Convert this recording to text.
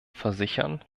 versichern